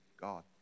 God